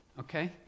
Okay